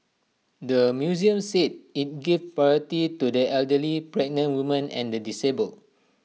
the museum said IT gave priority to the elderly pregnant women and the disabled